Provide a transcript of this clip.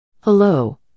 Hello